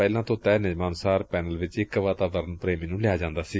ਪਹਿਲਾਂ ਤੋਂ ਤਹਿ ਨਿਯਮਾਂ ਅਨੁਸਾਰ ਪੈਨਲ ਵਿਚ ਇਕ ਵਾਤਾਵਰਣ ਪ੍ਰੇਮੀ ਲਿਆ ਜਾਂਦਾ ਸੀ